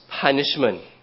punishment